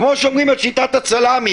כמו שאומרים על שיטת הסלמי